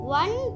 one